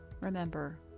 Remember